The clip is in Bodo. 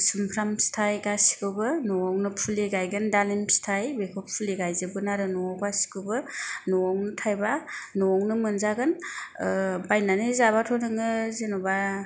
सुमफ्राम फिथाय गासिखौबो न'आवनो फुलि गायगोन दालिम फिथाय बेखौ फुलि गायजोबगोन आरो न'आव गासिखौबो न'आवनो थायबा न'आवनो मोनजागोन बायनानै जाबाथ' नोङो जेनेबा